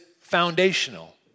foundational